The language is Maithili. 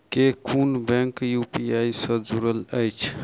केँ कुन बैंक यु.पी.आई सँ जुड़ल अछि?